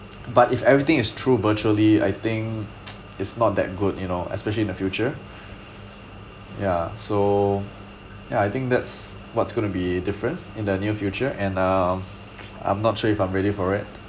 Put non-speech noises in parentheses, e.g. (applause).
but if everything is through virtually I think (noise) is not that good you know especially in the future ya so ya I think that's what's going to be different in the near future and um I'm not sure if I'm ready for it